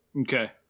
Okay